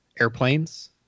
airplanes